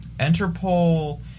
Interpol